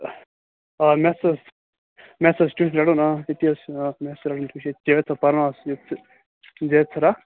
آ میتھس حظ میتھس حظ چھُ ٹیٛوٗشن رَٹُن آ میتھس چھُ ٹیٛوٗشن رَٹُن